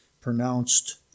pronounced